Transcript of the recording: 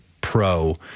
pro